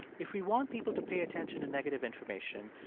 if we want people to pay attention to negative information,